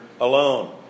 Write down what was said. alone